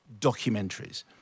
documentaries